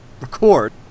record